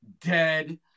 dead